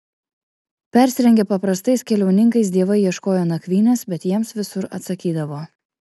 persirengę paprastais keliauninkais dievai ieškojo nakvynės bet jiems visur atsakydavo